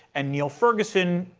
and niall ferguson,